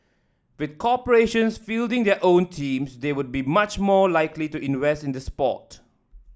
with corporations fielding their own teams they would be much more likely to invest in the sport